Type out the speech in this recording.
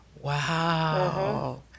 Wow